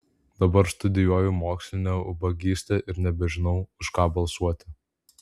dabar studijuoju mokslinę ubagystę ir nebežinau už ką balsuoti